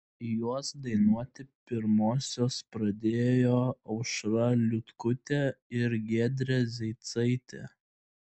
juos dainuoti pirmosios pradėjo aušra liutkutė ir giedrė zeicaitė